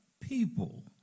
people